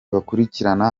bakurikiranira